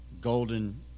golden